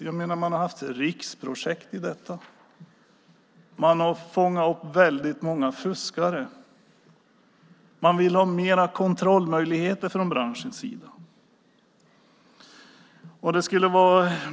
Man har ju haft riksprojekt i sammanhanget. Man har fångat upp väldigt många fuskare. Från branschens sida vill man ha fler kontrollmöjligheter.